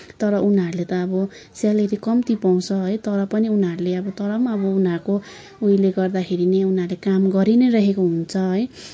तर उनीहरूले त अब सेलेरी कम्ती पाउँछ है तर पनि उनीहरूले अब तर पनि अब उनीहरूको उयोले गर्दाखेरि नै उनीहरूले काम गरि नै रहेको हुन्छ है